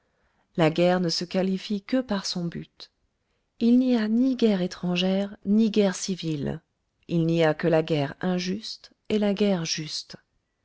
la guerre ne se qualifie que par son but il n'y a ni guerre étrangère ni guerre civile il n'y a que la guerre injuste et la guerre juste